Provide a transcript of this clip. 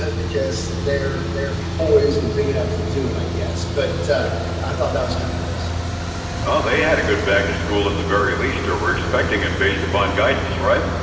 because they're they're poised and big enough to do it, i guess but i thought that was kinda interesting. oh they had a good back to school at the very least, or were expecting it based upon guidance, right?